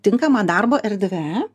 tinkama darbo erdve